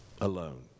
alone